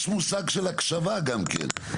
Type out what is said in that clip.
יש מושג של הקשבה גם כן.